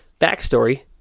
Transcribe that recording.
backstory